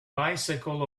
bicycle